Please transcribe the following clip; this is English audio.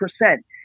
percent